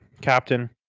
captain